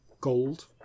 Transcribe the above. gold